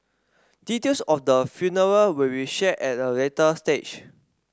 details of the funeral will be shared at a later stage